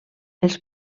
els